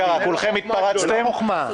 זו לא חוכמה.